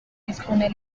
dispone